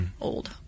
old